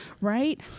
Right